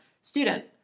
student